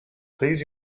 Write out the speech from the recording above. please